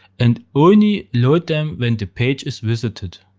and only load them when the page is visited.